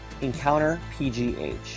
EncounterPGH